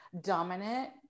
dominant